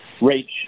reach